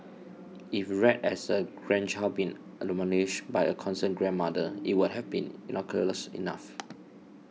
if read as a grandchild being admonished by a concerned grandmother it would have been innocuous enough